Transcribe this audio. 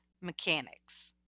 mechanics